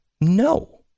No